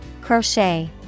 crochet